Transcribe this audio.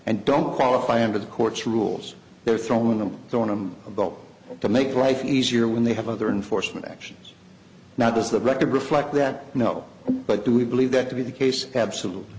and don't qualify under the court's rules they're throwing them going i'm about to make life easier when they have other enforcement actions now does the record reflect that no but do we believe that to be the case absolutely